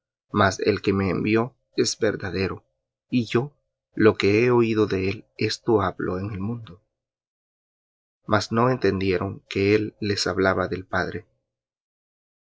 mas el que me envió es verdadero y yo lo que he oído de él esto hablo en el mundo mas no entendieron que él les hablaba del padre